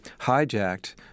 hijacked